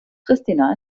pristina